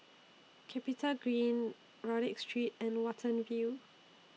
Capitagreen Rodyk Street and Watten View